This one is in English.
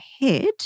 head